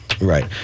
Right